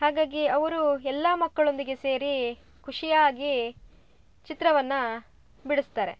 ಹಾಗಾಗಿ ಅವರೂ ಎಲ್ಲ ಮಕ್ಕಳೊಂದಿಗೆ ಸೇರೀ ಖುಷಿಯಾಗಿ ಚಿತ್ರವನ್ನು ಬಿಡಿಸ್ತಾರೆ